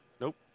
Nope